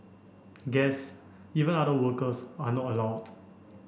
guests even other workers are not allowed